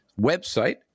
website